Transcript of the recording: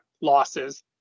losses